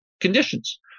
conditions